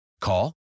Call